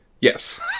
Yes